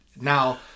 now